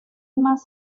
más